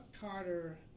Carter